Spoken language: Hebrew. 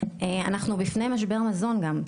אנחנו בפני משבר מזון גם,